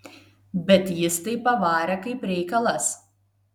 bet jis tai pavarė kaip reikalas